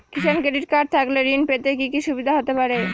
কিষান credit card থাকলে ঋণ পেতে কি কি সুবিধা হতে পারে?